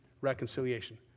reconciliation